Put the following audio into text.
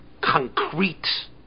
concrete